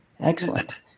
Excellent